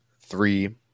three